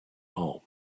home